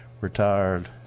retired